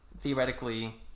theoretically